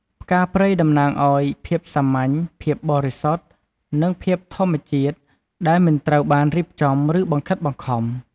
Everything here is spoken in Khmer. ផ្កាព្រៃតំណាងឱ្យ ភាពសាមញ្ញ ភាពបរិសុទ្ធ និងភាពធម្មជាតិ ដែលមិនត្រូវបានរៀបចំ ឬបង្ខិតបង្ខំ។